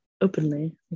openly